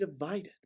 divided